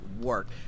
work